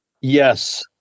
Yes